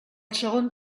segon